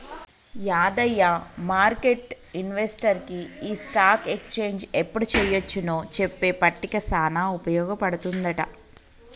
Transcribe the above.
యాదయ్య మార్కెట్లు ఇన్వెస్టర్కి ఈ స్టాక్ ఎక్స్చేంజ్ ఎప్పుడు చెయ్యొచ్చు నో చెప్పే పట్టిక సానా ఉపయోగ పడుతుందంట